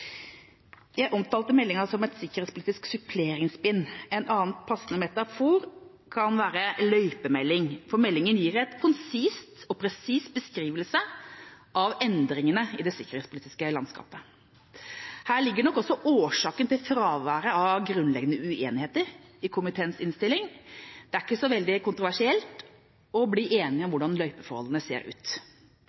Jeg omtalte meldinga som et sikkerhetspolitisk suppleringsbind. En annen passende metafor kan være «løypemelding», for meldinga gir en konsis og presis beskrivelse av endringene i det sikkerhetspolitiske landskapet. Her ligger nok også årsaken til fraværet av grunnleggende uenigheter i komiteens innstilling. Det er ikke så veldig kontroversielt å bli enige om hvordan løypeforholdene ser ut.